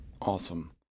Awesome